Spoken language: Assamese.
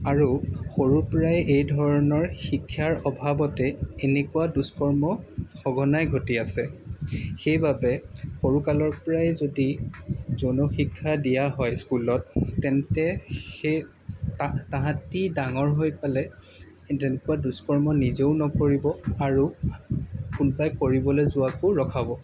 আৰু সৰুৰপৰাই এই ধৰণৰ শিক্ষাৰ অভাৱতে এনেকুৱা দুষ্কৰ্ম সঘনাই ঘটি আছে সেইবাবে সৰুকালৰপৰাই যদি যৌন শিক্ষা দিয়া হয় স্কুলত তেন্তে সেই তাহাঁতি ডাঙৰ হৈ পেলাই তেনেকুৱা দুষ্কৰ্ম নিজেও নকৰিব আৰু কোনোবাই কৰিবলৈ যোৱাকো ৰখাব